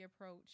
approach